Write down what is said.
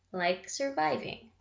like surviving.